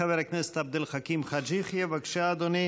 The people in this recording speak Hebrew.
חבר הכנסת עבד אל חכי חאג' יחיא, בבקשה, אדוני,